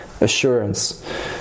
assurance